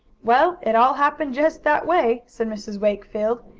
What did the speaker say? well, it all happened, just that way, said mrs. wakefield,